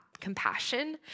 compassion